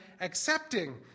accepting